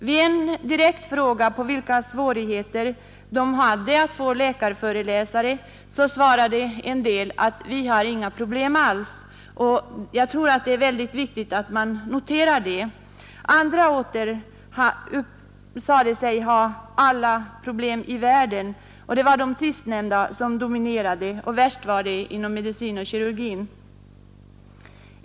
Vid en direkt förfrågan om vilka svårigheter skolorna hade att få läkare som föreläsare svarade en del att de inte har några problem alls. Jag tror också att det är viktigt att man noterar det. Andra åter sade sig ha ”alla problem i världen”. De sistnämnda dominerade, och värst var det inom medicin och kirurgi.